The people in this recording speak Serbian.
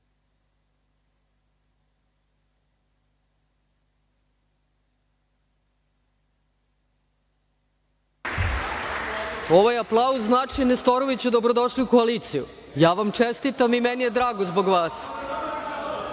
vam. Ovaj aplauz znači – Nestoroviću, dobro došli u koaliciju. Ja vam čestitam i meni je drago zbog vas.